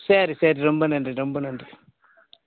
சரி சரி ரொம்ப நன்றி ரொம்ப நன்றி